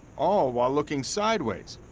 all while looking sideways,